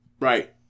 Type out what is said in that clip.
right